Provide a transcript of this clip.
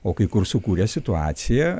o kai kur sukūrė situaciją